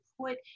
put